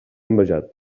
envejat